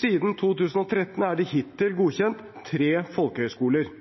Siden 2013 er det hittil godkjent tre folkehøyskoler.